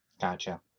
Gotcha